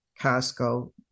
Costco